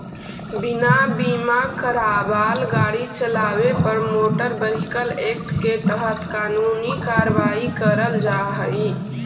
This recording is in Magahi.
बिना बीमा करावाल गाड़ी चलावे पर मोटर व्हीकल एक्ट के तहत कानूनी कार्रवाई करल जा हई